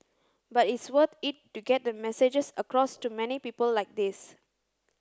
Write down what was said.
but it's worth it to get the messages across to many people like this